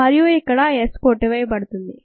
మరియు ఇక్కడ S కొట్టివేయబడుతుంది